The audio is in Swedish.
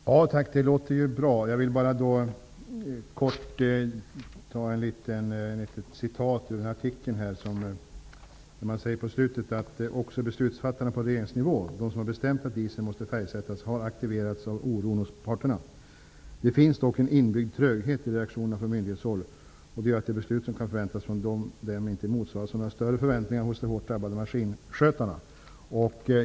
Fru talman! Det låter bra. Jag skall bara kort citera ur en artikel där man bl.a. säger: ''Också beslutsfattarna på regeringsnivå, de som bestämt att dieseln måste färgsättas, har aktiverats av oron hos parterna. Det finns dock en inbyggd tröghet i reaktionerna från myndighetshåll och det gör att de beslut, som kan förväntas från dem inte motsvaras av några större förväntningar hos de drabbade maskinskötarna.''